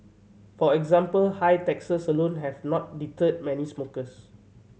for example high taxes alone have not deterred many smokers